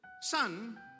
Son